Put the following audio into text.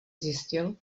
zjistil